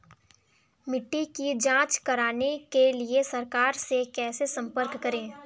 मिट्टी की जांच कराने के लिए सरकार से कैसे संपर्क करें?